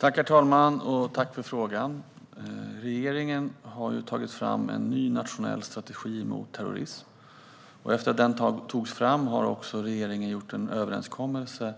Herr talman! Tack för frågan! Regeringen har tagit fram en ny nationell strategi mot terrorism. Efter det att den tagits fram gjorde regeringen en överenskommelse